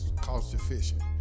cost-efficient